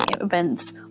events